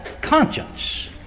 conscience